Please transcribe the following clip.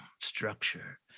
structure